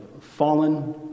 fallen